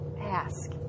ask